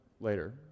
later